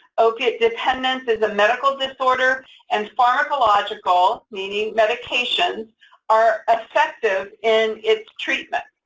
opioid dependence is a medical disorder and pharmacological, meaning medications are effective in its treatment.